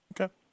Okay